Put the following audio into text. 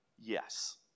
Yes